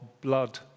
blood